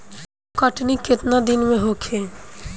कटनी केतना दिन में होखे?